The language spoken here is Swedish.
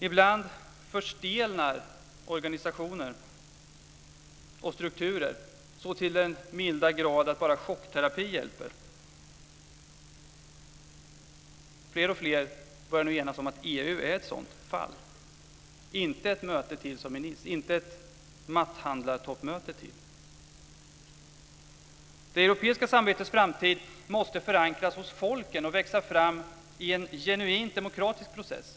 Ibland förstelnar organisationer och strukturer så till den milda grad att bara chockterapi hjälper. Fler och fler börjar nu enas om att EU är ett sådant fall. Inte ett möte till som i Nice. Inte ett matthandlartoppmöte till. Det europeiska samarbetets framtid måste förankras hos folken och växa fram i en genuint demokratisk process.